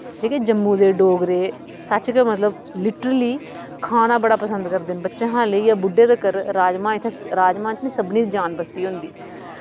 जेह्के जम्मू दे डोगरे सच्च गै मतलव लिटरली खाना बड़ा पंसद करदे न बच्चा हा लेईयै बुडढे तगर राजमां च राजमां च इत्थैं सबनी दी जान बस्सी दी होंदी